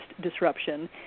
disruption